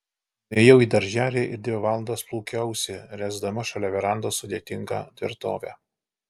nuėjau į darželį ir dvi valandas plūkiausi ręsdama šalia verandos sudėtingą tvirtovę